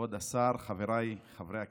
כבוד השר, חבריי חברי הכנסת,